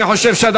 אני אאפשר לך,